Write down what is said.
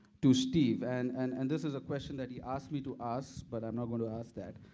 to steve and and and this is a question that he asked me to ask but i'm not going to ask that.